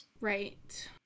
Right